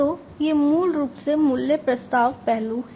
तो ये मूल रूप से मूल्य प्रस्ताव पहलू हैं